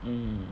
mm